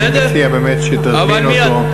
אני מציע באמת שתזמין אותו.